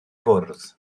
bwrdd